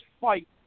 fight